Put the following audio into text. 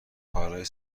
کارای